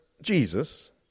Jesus